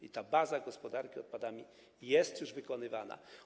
I ta baza gospodarki odpadami jest już wykonywana.